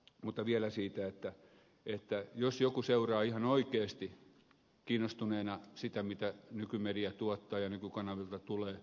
mutta vielä siitä jos joku seuraa ihan oikeasti kiinnostuneena sitä mitä nykymedia tuottaa ja nykykanavilta tulee